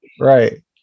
Right